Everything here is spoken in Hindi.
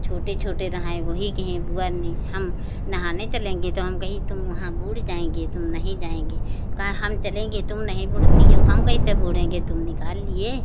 छोटे छोटे रहे वही कहें बुआ नहीं हम नहाने चलेंगे तो हम कही तुम वहाँ बूड़ जाऍंगे तुम नहीं जाएँगे कहे हम चलेंगे तुम नहीं बूड़ती हो हम कैसे बूड़ेंगे तुम निकाल लिए